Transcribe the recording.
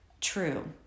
true